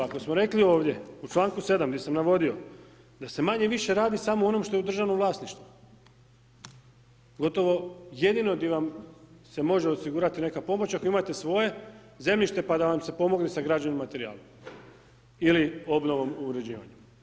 Ako smo rekli ovdje u članku 7. gdje sam navodio da se manje-više radi samo o onom što je u državnom vlasništvu, gotovo jedino gdje vam se može osigurati neka pomoć ako imate svoje zemljište pa da vam se pomogne sa građevnim materijalom ili obnovom u uređivanju.